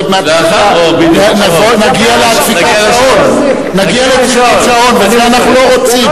עוד מעט נגיע לדפיקת שעון ואת זה אנחנו לא רוצים.